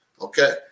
Okay